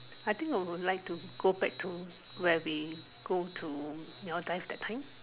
I think I would like to go back to where we go to you know dive that time